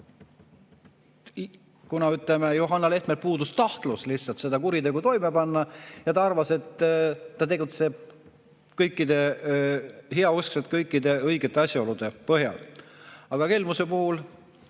kuna, ütleme, Johanna Lehtmel puudus tahtlus seda kuritegu toime panna ja ta arvas, et ta tegutseb heauskselt kõikide õigete asjaolude põhjal. Aga kelmuse puhul